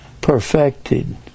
perfected